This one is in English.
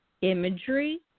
imagery